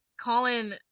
Colin